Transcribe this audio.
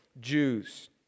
Jews